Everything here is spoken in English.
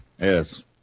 Yes